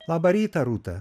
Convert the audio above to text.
labą rytą rūta